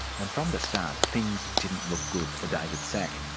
and from the start, things didn't look good for david szach.